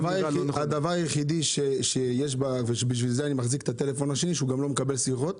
הדבר היחידי שבגללו אני מחזיק את הטלפון השני שלא מקבל שיחות